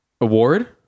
award